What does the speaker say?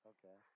Okay